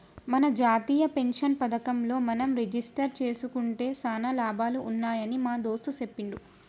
మన జాతీయ పెన్షన్ పథకంలో మనం రిజిస్టరు జేసుకుంటే సానా లాభాలు ఉన్నాయని మా దోస్త్ సెప్పిండు